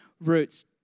roots